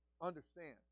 understand